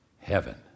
heaven